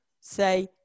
say